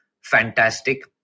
fantastic